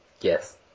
Yes